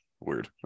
Weird